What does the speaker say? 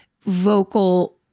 vocal